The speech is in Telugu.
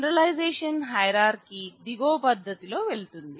జెనెరలిజేషన్ హైరాక్కీ దిగువ పద్ధతిలో వెళుతుంది